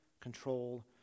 control